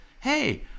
Hey